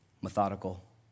methodical